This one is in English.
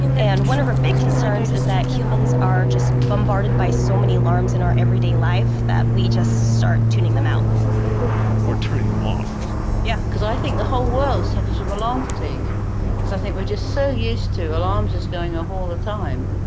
and one of her big concerns is that humans are just bombarded by so many alarms in our everyday life that we just start tuning them out or turning them off yeah because i think the whole world suffers from alarm fatigue, because i think we're just so used to alarms just going off all the time,